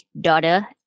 daughter